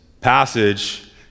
passage